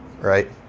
right